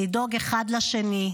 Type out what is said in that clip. לדאוג אחד לשני,